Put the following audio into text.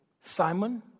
Simon